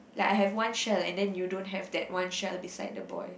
like I have one shell and then you don't have that one shell beside the boy